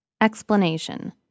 Explanation